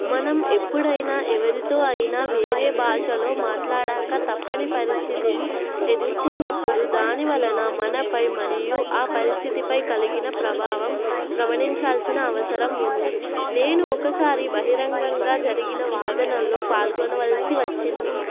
మనం ఎప్పుడైనా ఎవరితో అయినా వేరే భాషలో మాట్లాడాక తప్పని పరిస్థితిని ఎదుర్కొన్నప్పుడు దాని వలన మనపై మరియు ఆ పరిస్థితిపై కలిగిన ప్రభావం గమనించాల్సిన అవసరం ఉంది నేను ఒకసారి బహిరంగంగా జరిగిన వాదనల్లో పాల్గొనవలసి వచ్చింది